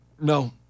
No